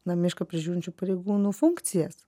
na mišką prižiūrinčių pareigūnų funkcijas